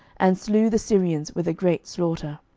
and slew the syrians with a great slaughter.